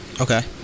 Okay